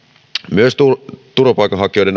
myös turvapaikanhakijoiden